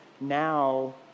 Now